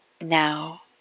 now